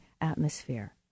atmosphere